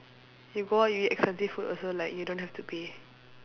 you go out you eat expensive food also like you don't have to pay